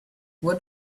what